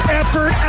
effort